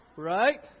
Right